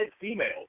females